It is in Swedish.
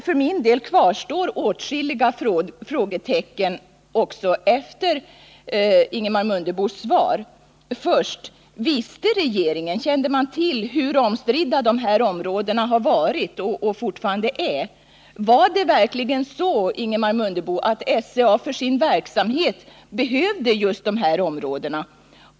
För min del kvarstår åtskilliga frågetecken också efter Ingemar Mundebos svar. Kände regeringen till hur omstridda de här öarna har varit och fortfarande är? Var det verkligen så, Ingemar Mundebo, att SCA för sin verksamhet behövde just dessa områden?